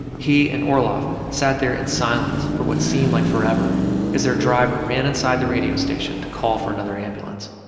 he and orloff sat there in silence for what seemed like forever as their driver ran inside the radio station to call for another ambulance.